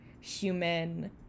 human